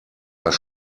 was